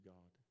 God